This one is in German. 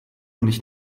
nicht